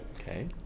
okay